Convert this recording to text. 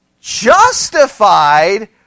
justified